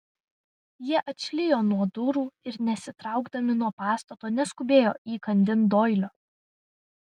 jie atšlijo nuo durų ir nesitraukdami nuo pastato nuskubėjo įkandin doilio